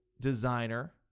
designer